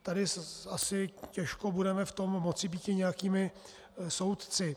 Tady asi těžko budeme v tom moci býti nějakými soudci.